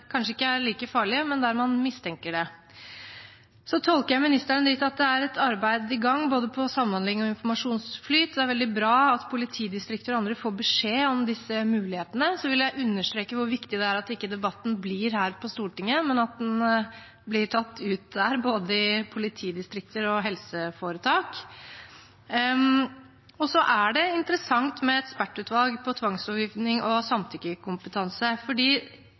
kanskje ikke er like farlige, men der man mistenker det. Jeg tolker ministrene dit at det er et arbeid i gang både på samhandling og informasjonsflyt. Det er veldig bra at politidistrikter og andre får beskjed om disse mulighetene. Så vil jeg understreke hvor viktig det er at ikke debatten blir her på Stortinget, men at den blir tatt ut, både i politidistrikter og i helseforetak. Det er interessant med et ekspertutvalg på tvangslovgivning og samtykkekompetanse.